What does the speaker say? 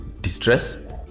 distress